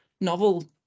novel